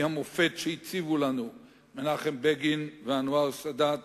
המופת שהציבו לנו מנחם בגין ואנואר סאדאת